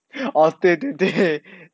oh 对对对